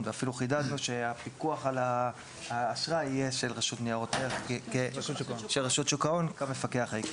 ואפילו חידדנו שהפיקוח על האשראי יהיה של רשות שוק ההון כמפקח העיקרי.